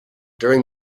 during